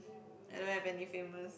I don't have any famous